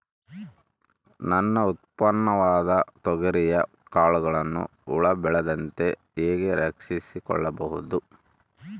ನನ್ನ ಉತ್ಪನ್ನವಾದ ತೊಗರಿಯ ಕಾಳುಗಳನ್ನು ಹುಳ ಬೇಳದಂತೆ ಹೇಗೆ ರಕ್ಷಿಸಿಕೊಳ್ಳಬಹುದು?